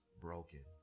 broken